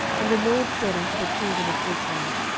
and the lord said unto the children of israel,